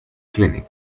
clinic